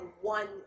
one